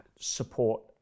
support